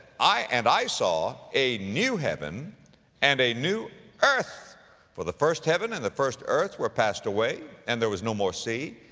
i, and i saw a new heaven and a new earth for the first heaven and the first earth were passed away and there was no more sea.